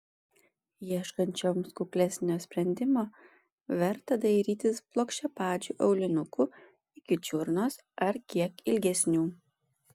ieškančioms kuklesnio sprendimo verta dairytis plokščiapadžių aulinukų iki čiurnos ar kiek ilgesnių